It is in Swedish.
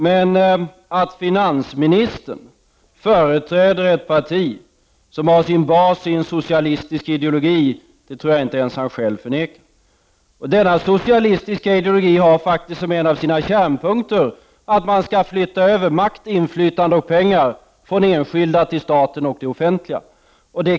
Men att finansministern företräder ett parti som har sin bas i en socialistisk ideologi tror jag inte att han ens själv förnekar. Denna socialistiska ideologi har faktiskt som en av sina kärnpunkter att man skall flytta över makt, inflytande och pengar från enskilda till det offentliga.